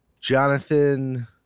Jonathan